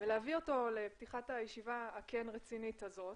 ולהביא אותו לפתיחת הישיבה הכן רצינית הזאת